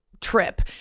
trip